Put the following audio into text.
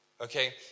okay